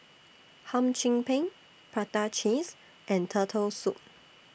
Hum Chim Peng Prata Cheese and Turtle Soup